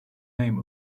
name